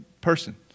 person